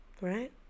right